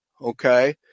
okay